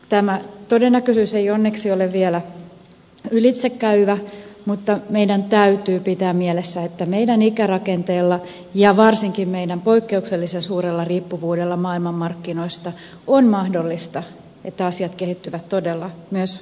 tämä todennäköisyys ei onneksi ole vielä ylitsekäyvä mutta meidän täytyy pitää mielessä että meidän ikärakenteellamme ja varsinkin meidän poikkeuksellisen suurella riippuvuudellamme maailmanmarkkinoista on mahdollista että asiat kehittyvät todella myös huonoon suuntaan